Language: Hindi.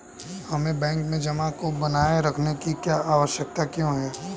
हमें बैंक में जमा को बनाए रखने की आवश्यकता क्यों है?